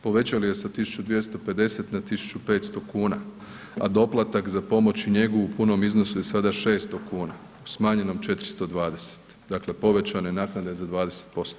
Povećali se sa 1250 na 1500 kuna a doplatak za pomoć i njegu u punom iznosu je sada 600 kuna, u smanjenom 420, dakle povećana je naknada za 20%